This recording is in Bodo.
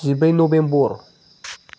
जिब्रै नभेम्बर